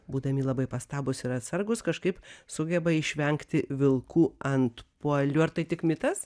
būdami labai pastabūs ir atsargūs kažkaip sugeba išvengti vilkų antpuolių ar tai tik mitas